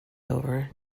over